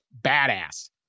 badass